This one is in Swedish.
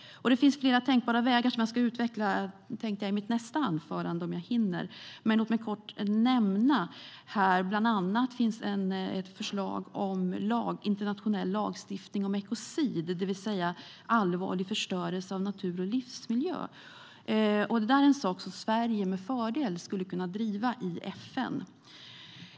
Det finns flera tänkbara vägar som jag tänkte utveckla i mitt nästa anförande, om jag hinner. Men låt mig kort nämna här att det bland annat finns ett förslag om internationell lagstiftning om ekocid, det vill säga allvarlig förstörelse av natur och livsmiljö. Det är en sak som Sverige med fördel skulle kunna driva i FN.